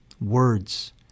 words